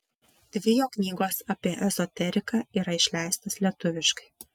dvi jo knygos apie ezoteriką yra išleistos lietuviškai